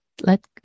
let